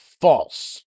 false